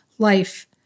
life